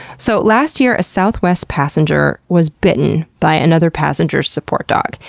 so last year, a southwest passenger was bitten by another passenger's support dog.